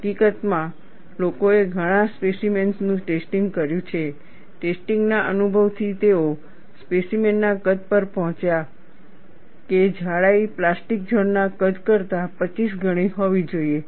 હકીકતમાં લોકોએ ઘણા સ્પેસિમેન્સનું ટેસ્ટિંગ કર્યું છે ટેસ્ટિંગ ના અનુભવથી તેઓ સ્પેસીમેનના કદ પર પહોંચ્યા છે કે જાડાઈ પ્લાસ્ટિક ઝોન ના કદ કરતાં 25 ગણી હોવી જોઈએ